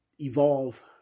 evolve